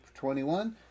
21